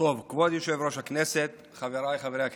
כבוד יושב-ראש הכנסת, חבריי חברי הכנסת,